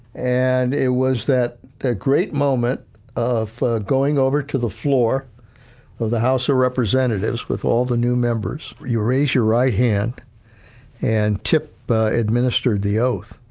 and it was that that great moment of going over to the floor of the house of representatives with all the new members. you raise your right hand and tip administered the oath.